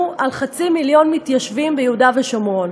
על חצי מיליון מתיישבים ביהודה ושומרון?